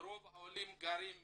רוב העולים גרים בשכירות,